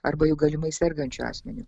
arba jau galimai sergančiu asmeniu